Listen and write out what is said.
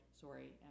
sorry